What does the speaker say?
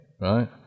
right